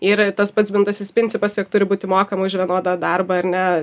ir tas pats bendrasis principas jog turi būti mokama už vienodą darbą ar ne